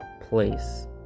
place